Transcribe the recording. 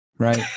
Right